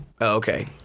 Okay